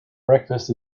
breakfast